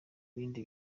bindi